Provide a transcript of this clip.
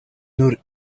nur